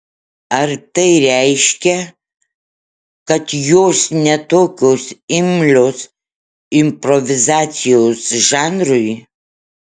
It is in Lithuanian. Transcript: ar tai reiškia kad jos ne tokios imlios improvizacijos žanrui